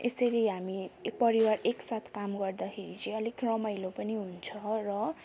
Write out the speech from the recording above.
यसरी हामी परिवार एकसाथ काम गर्दाखेरि चाहिँ अलिक रमाइलो पनि हुन्छ र